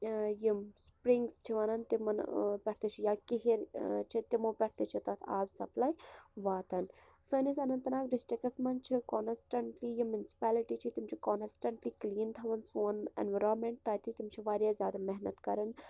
یم سپرِنٛگس چھِ ونان تمن پیٚٹھ تہِ چھُ یا کِہِر چھِ تمو پیٚٹھ تہِ چھُ تتھ آب سپلاے واتان سٲنِس اننت ناگ ڈِسٹرکَس مَنٛز چھ کانسٹنٹلی یم منسپلٹی چھِ تِم چھِ کانسٹنٹلی کلیٖن تھاوان سون ایٚنوَرامنٹ تتہِ تِم چھِ واریاہ زیادٕ محنت کران